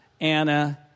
Anna